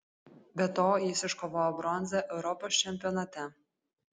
be to jis iškovojo bronzą europos čempionate